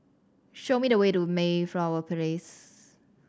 show me the way to Mayflower Place